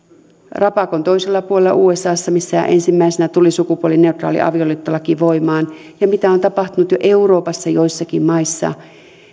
rapakon toisella puolella usassa missä ensimmäisenä tuli sukupuolineutraali avioliittolaki voimaan ja mitä on tapahtunut jo euroopassa joissakin maissa